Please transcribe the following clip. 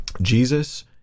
Jesus